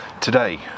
today